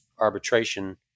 arbitration